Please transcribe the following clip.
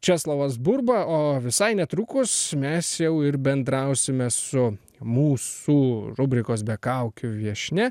česlovas burba o visai netrukus mes jau ir bendrausime su mūsų rubrikos be kaukių viešnia